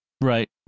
Right